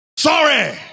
sorry